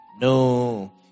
No